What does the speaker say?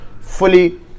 fully